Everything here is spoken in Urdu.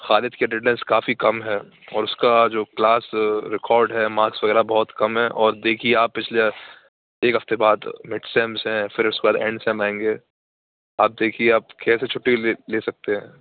خالد کے اٹینڈنس کافی کم ہے اور اس کا جو کلاس ریکاڈ ہے مارکس وغیرہ بہت کم ہیں اور دیکھیے آپ پچھلے ایک ہفتے بعد مڈ سیمس ہیں پھر اس کے بعد اینڈ سیم آئیں گے آپ دیکھیے آپ کیسے چھٹی لے سکتے ہیں